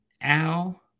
Al